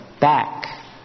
back